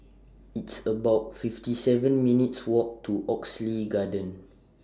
It's about fifty seven minutes' Walk to Oxley Garden